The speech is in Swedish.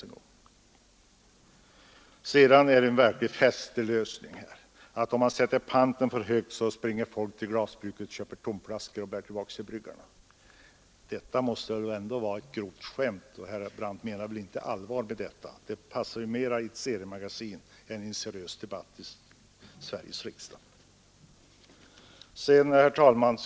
Det är vidare ett verkligt festligt resonemang man för att om man sätter panten för högt, skulle folk springa till glasbruken och köpa tomflaskor för att bära dem till bryggarna. Detta måste väl ändå vara ett grovt skämt. Herr Brandt menar väl inte allvar med detta. Det passar bättre i ett seriemagasin än i en seriös debatt i Sveriges riksdag. Herr talman!